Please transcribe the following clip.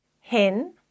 HEN